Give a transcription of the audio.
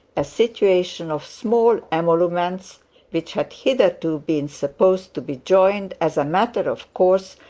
a situation of small emoluments which had hitherto been supposed to be joined, as a matter of course,